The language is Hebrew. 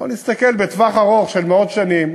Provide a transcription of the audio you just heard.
בואו נסתכל בטווח ארוך של מאות שנים.